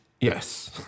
Yes